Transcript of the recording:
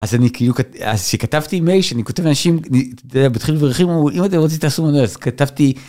אז אני כאילו כתבתי מייל שאני כותב לאנשים בדחילו ורחימו הוא אם אתם רוצים תעשו מנוי אז כתבתי.